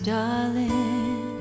darling